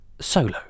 solo